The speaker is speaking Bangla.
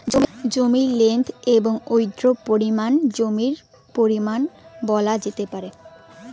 জমির লেন্থ এবং উইড্থ পরিমাপ করে জমির পরিমান বলা যেতে পারে